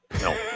No